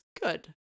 Good